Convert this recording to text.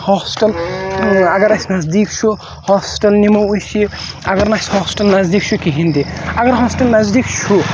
hospital اَگَر اَسہِ نَزدیٖک چھُ ہوسپِٹَل نِمو أسۍ یہِ اَگَر نہٕ اَسہِ ہوسپِٹَل نَزدیٖک چھُ کہیٖنۍ تہٕ اَگَر ہوسپِٹَل نَزدیٖک چھُ